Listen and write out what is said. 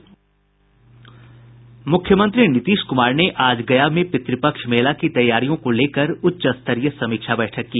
मुख्यमंत्री नीतीश कुमार ने आज गया में पितृपक्ष मेला की तैयारियों को लेकर उच्चस्तरीय समीक्षा बैठक की